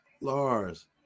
Lars